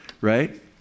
right